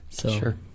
Sure